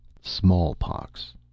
Smallpox